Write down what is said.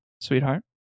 sweetheart